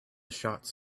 shots